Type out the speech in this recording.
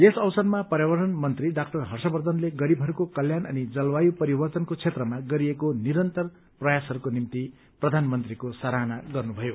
यस अवसरमा पर्यावरण मन्त्री डाक्टर हर्षवर्द्धनले गरीबहरूको कल्याण अनि जलवायु परिवर्तनको क्षेत्रमा गरिएको निरन्तर प्रयासहरूको निम्ति प्रधानमन्त्रीको सराहना गर्नुभयो